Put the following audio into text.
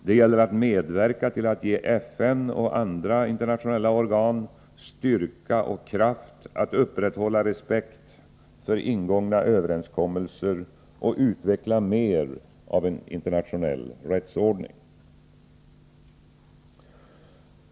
Det gäller att medverka till att ge FN och andra internationella organ styrka och kraft att upprätthålla respekt för ingångna överenskommelser och utveckla mer av en internationell rättsordning.